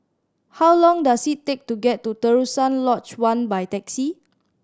how long does it take to get to Terusan Lodge One by taxi